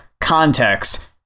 context